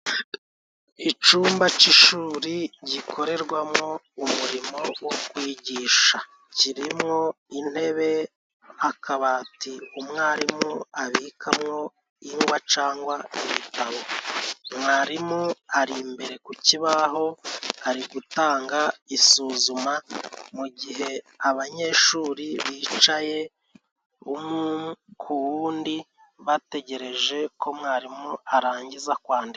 Icumba c'ishuri gikorerwamwo umurimwo wo kwigisha. Kirimo intebe, akabati umwarimu abikamwo ingwa cangwa ibitabo. Mwarimu ari imbere ku kibaho ari gutanga isuzuma mu gihe abanyeshuri bicaye umwe ku wundi bategereje ko mwarimu arangiza kwandika.